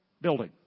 building